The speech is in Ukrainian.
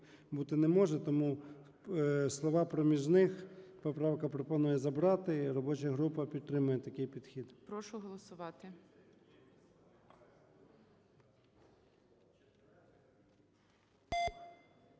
бути не може. Тому слова "проміжних" поправка пропонує забрати. Робоча група підтримує такий підхід.